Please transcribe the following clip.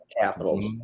capitals